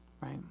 Right